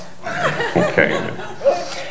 Okay